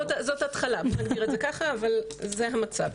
זאת התחלה, בואו נגדיר את זה ככה, אבל זה המצב.